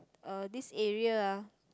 uh this area ah